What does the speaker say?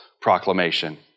proclamation